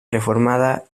reformada